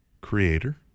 Creator